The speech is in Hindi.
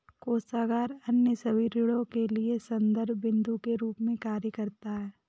कोषागार अन्य सभी ऋणों के लिए संदर्भ बिन्दु के रूप में कार्य करता है